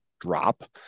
drop